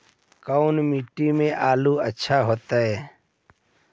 कोन मट्टी में आलु अच्छा होतै?